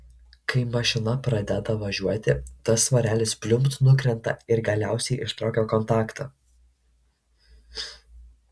kai mašina pradeda važiuoti tas svarelis pliumpt nukrinta ir galiausiai ištraukia kontaktą